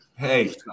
Hey